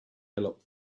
airlock